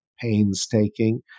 Painstaking